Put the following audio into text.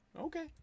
Okay